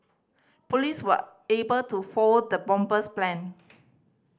police were able to foil the bomber's plan